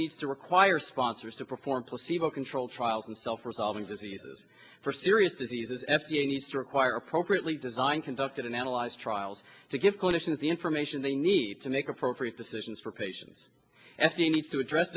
needs to require sponsors to perform placebo controlled trials and self resolving diseases for serious diseases f d a needs to require appropriately design conducted and analyzed trials to give clinicians the information they need to make appropriate decisions for patients f d a needs to address